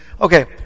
Okay